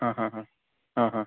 ആ ആ ആ ആ ആ